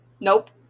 Nope